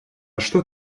что